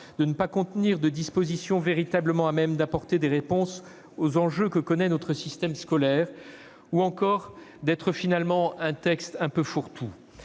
de ne pas contenir de dispositions véritablement à même d'apporter des réponses aux enjeux auxquels fait face notre système scolaire, ou encore d'être finalement un texte un peu fourre-tout.